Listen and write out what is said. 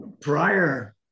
prior